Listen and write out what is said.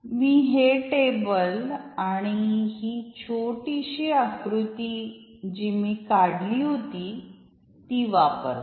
मी हे टेबल आणि ही छोटीशी आकृती जी मी काढली होती ती वापरतो